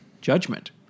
judgment